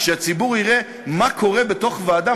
שהציבור יראה מה קורה בתוך ועדה?